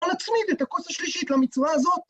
בוא נצמיד את הכוס השלישית למצווה הזאת.